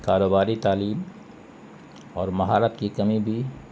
کاروباری تعلیم اور مہارت کی کمی بھی